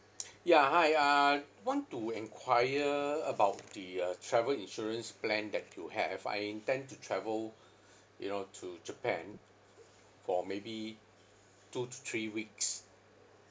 ya hi uh want to enquire about the uh travel insurance plan that you have I intend to travel you know to japan for maybe two to three weeks